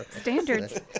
Standards